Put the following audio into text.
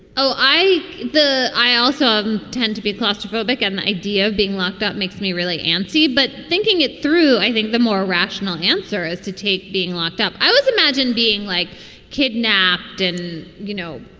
oh, i. i also tend to be claustrophobic. and the idea of being locked up makes me really antsy. but thinking it through, i think the more rational answer is to take being locked up i was imagine being like kidnapped and, you know,